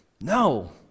No